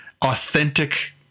authentic